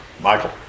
Michael